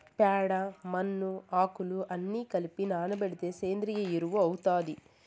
ప్యాడ, మన్ను, ఆకులు అన్ని కలసి నానబెడితే సేంద్రియ ఎరువు అవుతాది